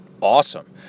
awesome